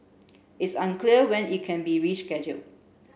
it's unclear when it can be rescheduled